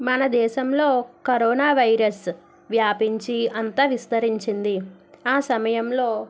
మనదేశంలో corona virus వ్యాపించి అంత విస్తరించింది ఆ సమయంలో